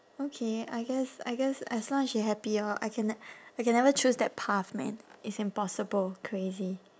okay I guess I guess as long as she happy lor I can ne~ I can never choose that path man it's impossible crazy